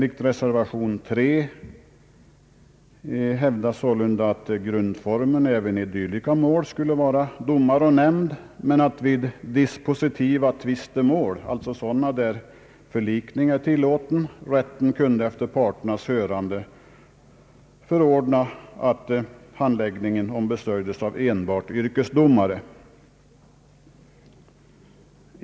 I reservation nr 3 hävdas sålunda att grundformen även i dylika mål skulle vara domare och nämnd men att rätten i dispositiva tvistemål, alltså sådana där förlikning är tillåten, efter parternas hörande skulle kunna för ordna att handläggningen ombesörjes enbart av yrkesdomare.